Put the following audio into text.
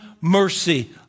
mercy